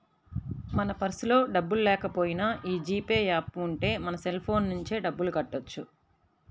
మన పర్సులో డబ్బుల్లేకపోయినా యీ జీ పే యాప్ ఉంటే మన సెల్ ఫోన్ నుంచే డబ్బులు కట్టొచ్చు